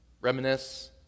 Reminisce